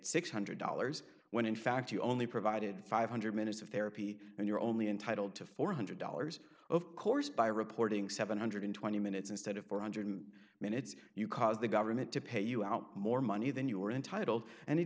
six hundred dollars when in fact you only provided five hundred minutes of therapy and you're only entitled to four hundred dollars of course by reporting seven hundred and twenty minutes instead of four hundred minutes you cause the government to pay you out more money than you are entitled and